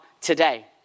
today